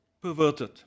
perverted